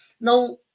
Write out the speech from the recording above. Now